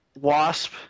Wasp